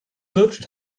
lutscht